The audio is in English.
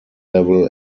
level